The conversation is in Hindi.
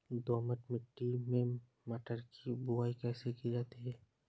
दोमट मिट्टी में मटर की बुवाई कैसे होती है?